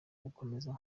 gukomeza